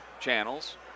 channels